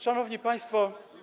Szanowni Państwo!